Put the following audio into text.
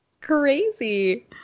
crazy